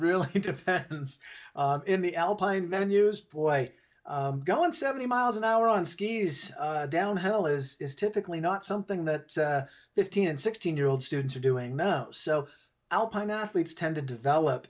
really means in the alpine menus boy going seventy miles an hour on skis downhill is typically not something that fifteen and sixteen year old students are doing now so alpine athletes tend to develop